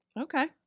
Okay